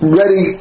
ready